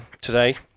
today